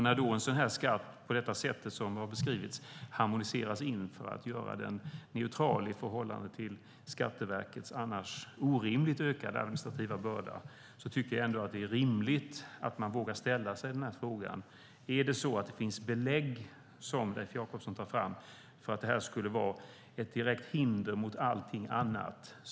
När då en skatt harmoniseras på det sätt som har beskrivits för att göra den neutral i förhållande till Skatteverkets annars orimligt ökade administrativa börda tycker jag att det är rimligt att våga ställa sig frågan: Kan Leif Jakobsson ta fram belägg för att det här skulle vara ett direkt hinder mot allting annat?